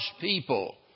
people